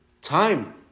time